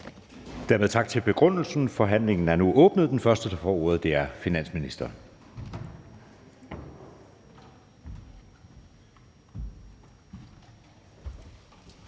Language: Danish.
Dermed tak for begrundelsen. Forhandlingen er nu åbnet, og den første, der får ordet, er finansministeren.